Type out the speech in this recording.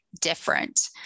different